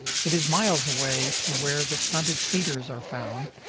it is miles away to where the stunted cedars are found,